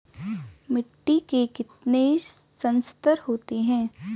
मिट्टी के कितने संस्तर होते हैं?